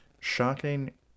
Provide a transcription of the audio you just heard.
shocking